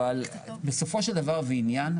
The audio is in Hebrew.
אבל בסופו של דבר ועניין,